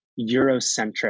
Eurocentric